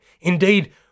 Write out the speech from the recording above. Indeed